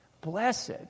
blessed